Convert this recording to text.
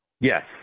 Yes